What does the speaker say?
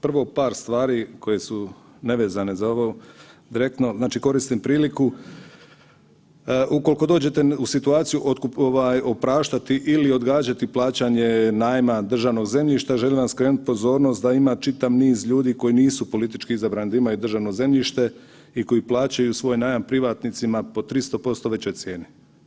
Prvo par stvari koje su nevezane za ovo direktno, znači koristim priliku u koliko dođete u situaciju opraštati ili odgađati plaćanje najma državnog zemljišta, želim vam skrenut pozornost da ima čitav niz ljudi koji nisu politički izabrani, da imaju državno zemljište i koji plaćaju svoj najam privatnicima po 300% većoj cijeni.